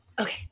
okay